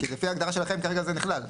כי לפי ההגדרה שלכם כרגע זה נכלל.